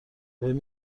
بهم